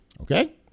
Okay